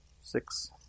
Six